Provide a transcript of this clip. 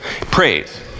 Praise